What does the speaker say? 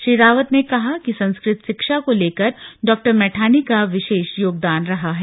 श्री रावत ने कहा कि संस्कृत शिक्षा को लेकर डॉ मैठानी का विशेष योगदान रहा है